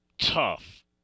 tough